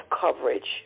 coverage